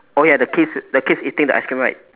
oh ya the kids the kids eating the ice cream right